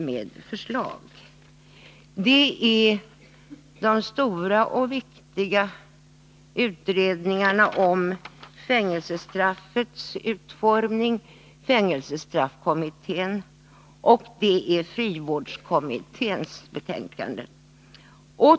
Det är fängelsestraffkommittén, som gjort stora och viktiga utredningar om fängelsestraffets utformning, och det är frivårdskommittén.